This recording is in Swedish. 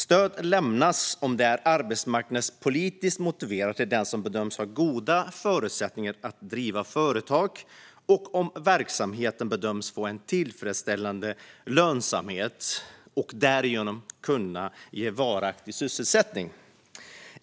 Stöd lämnas om det är arbetsmarknadspolitiskt motiverat till den som bedöms ha goda förutsättningar att driva företag och om verksamheten bedöms få en tillfredsställande lönsamhet och därigenom kunna ge varaktig sysselsättning.